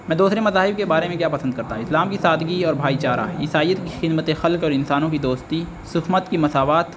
میں دوسرے مذاہب کے بارے میں کیا پسند کرتا اسلام کی سادگی اور بھائی چارہ عیسائیت کی خدمتِ خلق اور انسانوں کی دوستی سکھ مت کی مساوات